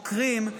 חוקרים,